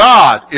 God